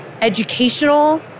educational